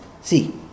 see